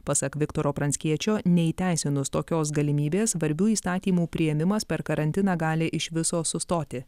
pasak viktoro pranckiečio neįteisinus tokios galimybės svarbių įstatymų priėmimas per karantiną gali iš viso sustoti